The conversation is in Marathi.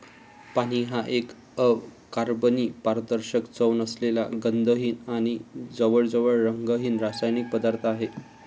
पाणी हा एक अकार्बनी, पारदर्शक, चव नसलेला, गंधहीन आणि जवळजवळ रंगहीन रासायनिक पदार्थ आहे